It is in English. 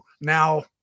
now